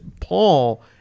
Paul